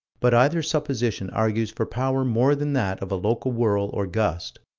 but either supposition argues for power more than that of a local whirl or gust,